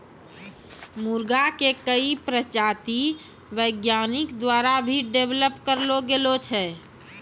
मुर्गा के कई प्रजाति वैज्ञानिक द्वारा भी डेवलप करलो गेलो छै